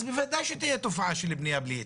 אז בוודאי שתהיה תופעה של בניה בלי היתר.